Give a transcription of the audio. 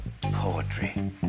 Poetry